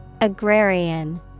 Agrarian